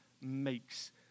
makes